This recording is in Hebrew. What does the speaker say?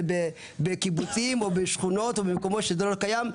זה בקיבוצים או בשכונות או במקומות שזה לא קיים,